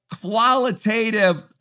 qualitative